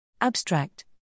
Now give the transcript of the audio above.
Abstract